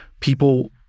people